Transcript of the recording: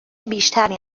بیشتری